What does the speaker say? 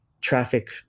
traffic